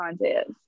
contest